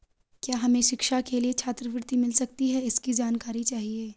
क्या हमें शिक्षा के लिए छात्रवृत्ति मिल सकती है इसकी जानकारी चाहिए?